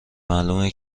معلومه